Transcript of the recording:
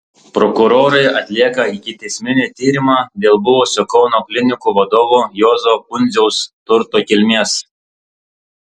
prokurorai atlieka ikiteisminį tyrimą dėl buvusio kauno klinikų vadovo juozo pundziaus turto kilmės